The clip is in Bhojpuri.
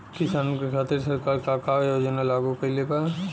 किसानन के खातिर सरकार का का योजना लागू कईले बा?